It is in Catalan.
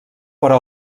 però